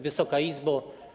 Wysoka Izbo!